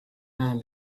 man